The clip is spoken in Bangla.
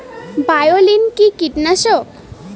বায়োলিন কি কীটনাশক?